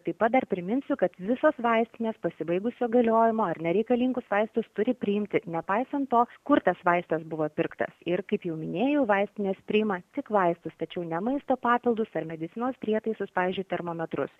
taip pat dar priminsiu kad visos vaistinės pasibaigusio galiojimo ar nereikalingus vaistus turi priimti nepaisant to kur tas vaistas buvo pirktas ir kaip jau minėjau vaistinės priima tik vaistus tačiau ne maisto papildus ar medicinos prietaisus pavyzdžiui termometrus